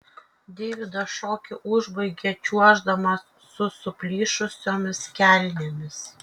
deividas šokį užbaigė čiuoždamas su suplyšusiomis kelnėmis